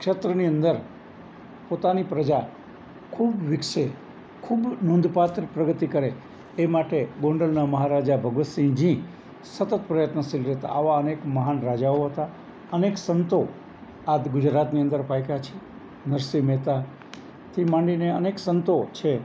ક્ષેત્રની અંદર પોતાની પ્રજા ખૂબ વિકસે ખૂબ નોંધપાત્ર પ્રગતિ કરે તે માટે ગોંડલના મહારાજા ભગવતસિંહજી સતત પ્રયત્નશીલ રહેતા આવા અનેક મહાન રાજાઓ હતા અનેક સંતો આજ ગુજરાતની અંદર પાક્યા છે નરસિંહ મહેતાથી માંડીને અનેક સંતો છે